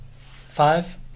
five